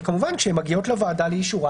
וכמובן שהן מגיעות לוועדה לאישורה.